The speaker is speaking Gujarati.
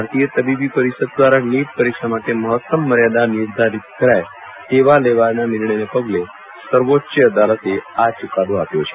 ભારતીય તબીબી પરિષદ દ્વારા નીટ પરીક્ષા માટે મહત્તમ મર્યાદા નિર્ધારિત કરાય તેવા લેવાયેલા નિર્ણયના પગલે સર્વોચ્ચ અદાલતે આ ચૂકાદો આપ્યો છે